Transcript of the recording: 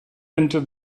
into